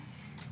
בפניכם.